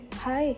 hi